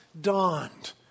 dawned